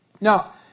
Now